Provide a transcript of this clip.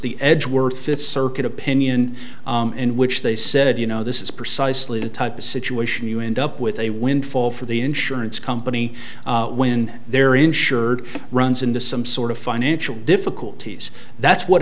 the edgeworth this circuit opinion in which they said you know this is precisely the type of situation you end up with a windfall for the insurance company when their insured runs into some sort of financial difficulties that's what